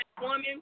woman